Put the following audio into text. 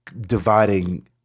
dividing